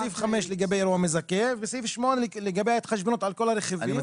בסעיף 5 לגבי אירוע מזכה ובסעיף 8 לגבי ההתחשבנות על כל הרכיבים.